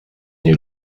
nie